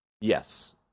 Yes